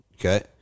Okay